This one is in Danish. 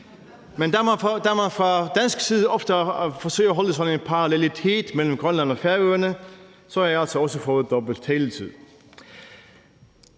Men da man fra dansk side ofte forsøger at holde sådan en parallelitet mellem Grønland og Færøerne, har jeg altså også fået dobbelt taletid.